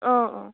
অ অ